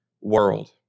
world